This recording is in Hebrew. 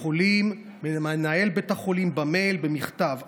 החולים ולמנהל בית החולים במכתב במייל.